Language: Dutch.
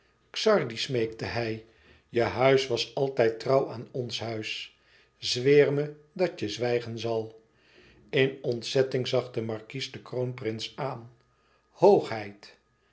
xardi smeekte hij je huis was altijd trouw aan ons huis zweer me dat je zwijgen zal in ontzetting zag de markies den kroenprins aan hoogheid